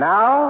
Now